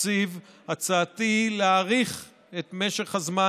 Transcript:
תקציב הצעתי היא להאריך את משך הזמן